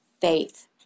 faith